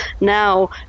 now